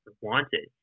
wanted